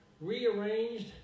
rearranged